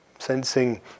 Sensing